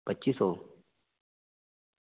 पच्ची सौ